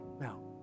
Now